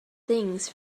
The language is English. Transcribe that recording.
things